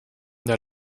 der